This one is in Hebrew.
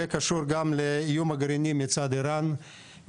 זה קשור גם לאיום הגרעיני מצד איראן,